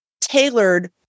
tailored